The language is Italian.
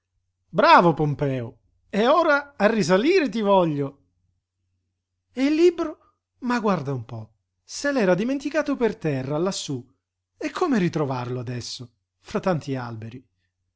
bravo pompeo e ora a risalire ti voglio e il libro ma guarda un po se l'era dimenticato per terra lassù e come ritrovarlo adesso fra tanti alberi